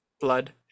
blood